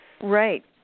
Right